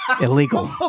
Illegal